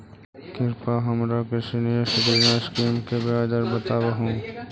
कृपा हमरा के सीनियर सिटीजन स्कीम के ब्याज दर बतावहुं